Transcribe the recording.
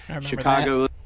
chicago